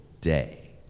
day